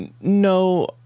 No